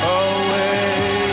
away